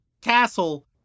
castle